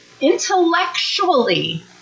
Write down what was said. intellectually